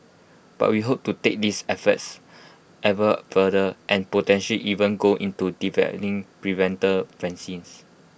but we hope to take these efforts ever further and potential even go into developing preventive vaccines